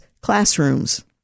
Classrooms